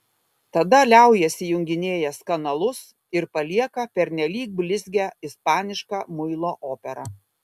tada liaujasi junginėjęs kanalus ir palieka pernelyg blizgią ispanišką muilo operą